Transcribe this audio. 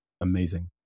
amazing